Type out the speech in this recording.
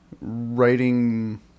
writing